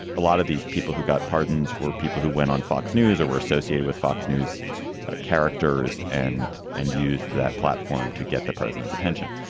a lot of these people who got pardons were people who went on fox news or were associated with fox news characters and and use that platform to get the president's attention.